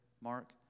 Mark